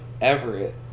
Everett